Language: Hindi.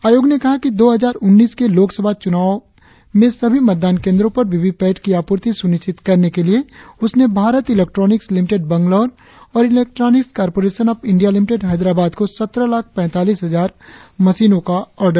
आयोग ने कहा कि दो हजार उन्नीस के लोक सभा चुनाव में सभी मतदान केंद्रों पर वीवीपैट की आपूर्ति सुनिश्चित करने के लिए उसने भारत इलेक्ट्रॉनिक्स लिमिटेड बंगलौर और Electronics Corporation of India Limited Hyderabad को सत्रह लाख पैतालीस हजार मशीनों का ऑर्डर दिया है